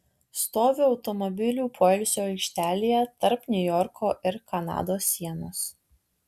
stoviu automobilių poilsio aikštelėje tarp niujorko ir kanados sienos